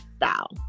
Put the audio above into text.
style